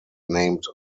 named